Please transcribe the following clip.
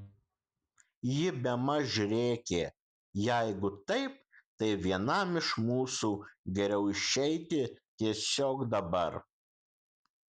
ji bemaž rėkė jeigu taip tai vienam iš mūsų geriau išeiti tiesiog dabar